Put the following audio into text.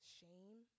shame